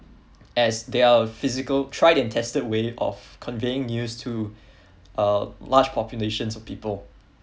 as they are physical tried and tested way of conveying news to a large population of people